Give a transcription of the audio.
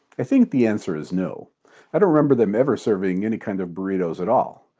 i think the answer is no i don't remember them ever serving any kind of burritos at all.